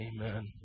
Amen